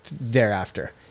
thereafter